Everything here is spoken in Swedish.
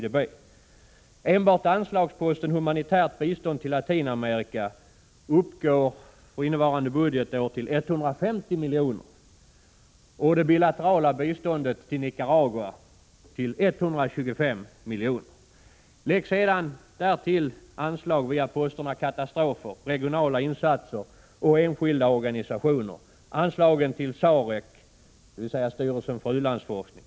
Enbart anslagsposten Humanitärt bistånd till Latinamerika uppgår för innevarande budgetår till 150 milj.kr. och det bilaterala biståndet till Nicaragua till 125 milj.kr. för samma period. Härtill kommer anslag via posterna Katastrofer, Regionala insatser och Enskilda organisationer samt anslagen till SAREC, styrelsen för u-landsforskning.